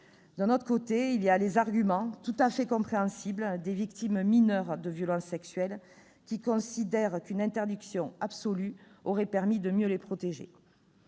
D'un autre côté, il y a les arguments tout à fait compréhensibles des victimes mineures de violences sexuelles qui considèrent qu'une interdiction absolue aurait permis de mieux les protéger.